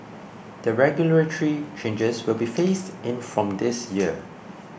the regulatory changes will be phased in from this year